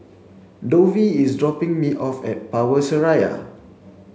Dovie is dropping me off at Power Seraya